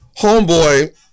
Homeboy